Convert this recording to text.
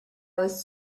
was